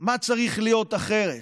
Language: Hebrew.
מה צריך להיות אחרת,